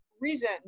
reason